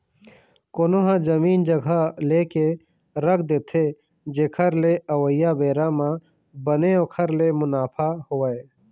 कोनो ह जमीन जघा लेके रख देथे जेखर ले अवइया बेरा म बने ओखर ले मुनाफा होवय